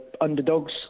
underdogs